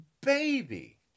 baby